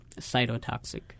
cytotoxic